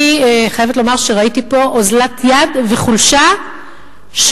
אני חייבת לומר שראיתי פה אוזלת יד וחולשה של